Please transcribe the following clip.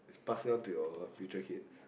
pass it down to your future kids